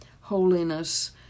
holiness